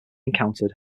encountered